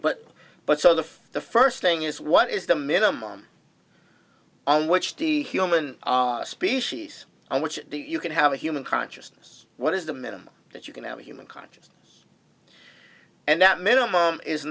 but but so the the first thing is what is the minimum on which the human species i want you can have a human consciousness what is the minimum that you can have a human conscious and that minimum is